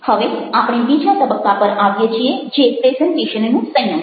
હવે આપણે બીજા તબક્કા પર આવીએ છીએ જે છે પ્રેઝન્ટેશનનું સંયોજન